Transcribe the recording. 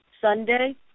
Sunday